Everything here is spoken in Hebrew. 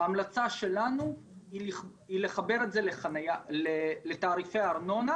ההמלצה שלנו היא לחבר את זה לתעריפי הארנונה